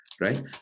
right